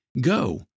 go